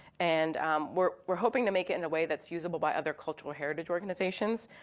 and um we're we're hoping to make it in a way that's usable by other cultural heritage organizations.